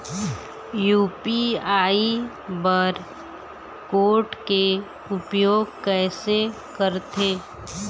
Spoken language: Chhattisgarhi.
यू.पी.आई बार कोड के उपयोग कैसे करथें?